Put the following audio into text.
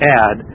add